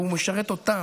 והוא משרת אותם,